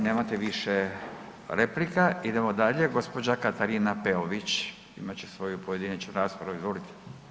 Nemate više replika, idemo dalje, gđa. Katarina Peović imat će svoju pojedinačnu raspravu, izvolite.